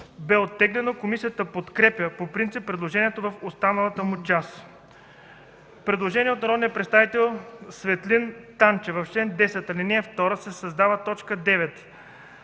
беше оттеглено. Комисията подкрепя по принцип предложението в останалата му част. Предложение от народния представител Светлин Танчев – в чл. 10, ал. 2 се създава т. 9.